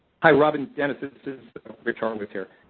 hi rob and dennis. this is rich horowitz here.